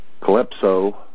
Calypso